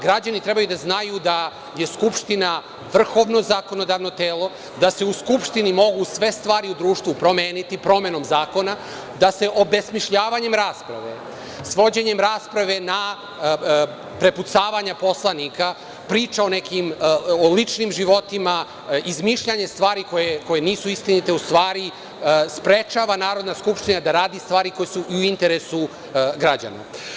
Građani treba da znaju da je Skupština vrhovno zakonodavno telo, da se u Skupštini mogu sve stvari u društvu promeniti promenom zakona, da se obesmišljavanjem rasprave, svođenjem rasprave na prepucavanje poslanika, priča o ličnim životima, izmišljanja stvari koje nisu istinite u stvari sprečava Narodna skupština da radi stvari koje su u interesu građana.